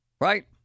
right